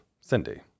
cindy